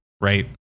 right